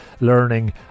learning